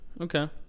Okay